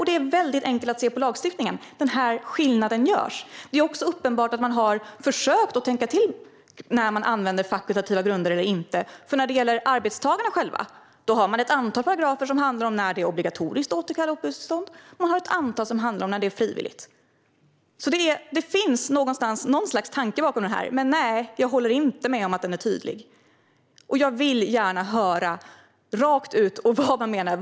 Det är väldigt enkelt att se på lagstiftningen att den skillnaden görs. Det är också uppenbart att man har försökt att tänka till när man använder fakultativa grunder eller inte. När det gäller arbetstagarna själva har man ett antal paragrafer som handlar om när det är obligatoriskt att återkalla uppehållstillstånd, och man har ett antal som handlar om när det är frivilligt. Det finns någonstans något slags tanke bakom detta, men jag håller inte med om att den är tydlig. Jag vill gärna höra att man rakt ut säger vad man menar.